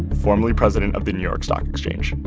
formerly president of the new york stock exchange